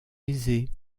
aisée